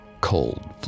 cold